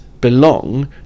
belong